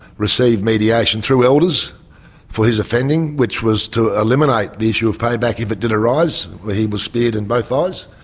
received mediation through elders for his offending, which was to eliminate the issue of payback if it did arise where he was speared in both ah eyes.